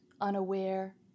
unaware